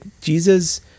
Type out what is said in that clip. Jesus